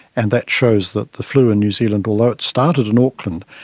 and that shows that the flu in new zealand, although it started in auckland,